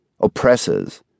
oppressors